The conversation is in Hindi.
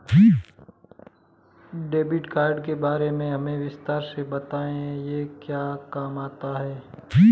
डेबिट कार्ड के बारे में हमें विस्तार से बताएं यह क्या काम आता है?